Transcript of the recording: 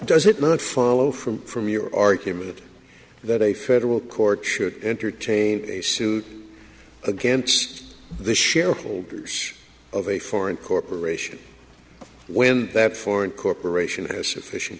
does it not follow from from your argument that a federal court should entertain a suit against the shareholders of a foreign corporation when that foreign corporation has s